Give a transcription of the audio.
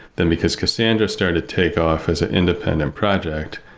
then because cassandra started to take off as an independent project,